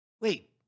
Wait